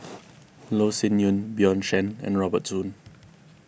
Loh Sin Yun Bjorn Shen and Robert Soon